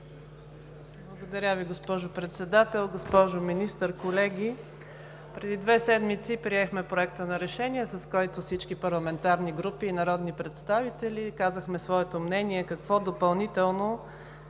Благодаря Ви, госпожо Председател. Госпожо Министър, колеги! Преди две седмици приехме Проекта на решение, с който всички парламентарни групи и народни представители казахме своето мнение как да